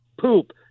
poop